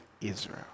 Israel